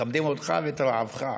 אנחנו מכבדים אותך ואת רעבך.